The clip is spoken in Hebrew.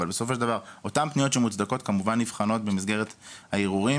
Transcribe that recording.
אבל בסופו של דבר אותן פניות שמוצדקות כמובן נבחנות במסגרת הערעורים